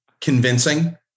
convincing